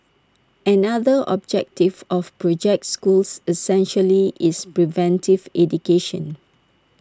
another objective of project schools essentially is preventive education